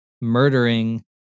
murdering